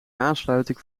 aansluiting